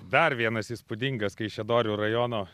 dar vienas įspūdingas kaišiadorių rajono